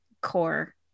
core